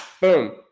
Boom